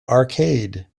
arcade